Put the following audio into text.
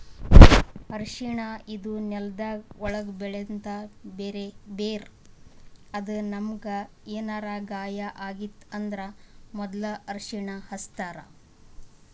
ಅರ್ಷಿಣ ಇದು ನೆಲ್ದ ಒಳ್ಗ್ ಬೆಳೆಂಥ ಬೇರ್ ಅದಾ ನಮ್ಗ್ ಏನರೆ ಗಾಯ ಆಗಿತ್ತ್ ಅಂದ್ರ ಮೊದ್ಲ ಅರ್ಷಿಣ ಹಚ್ತಾರ್